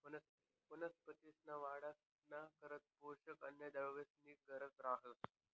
वनस्पतींसना वाढना करता पोषक अन्नद्रव्येसनी गरज रहास